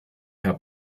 herr